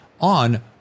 on